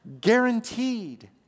Guaranteed